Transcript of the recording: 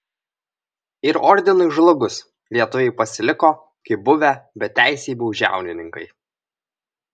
ir ordinui žlugus lietuviai pasiliko kaip buvę beteisiai baudžiauninkai